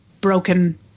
broken